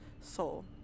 Soul